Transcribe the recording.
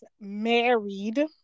married